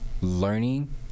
learning